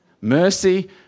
Mercy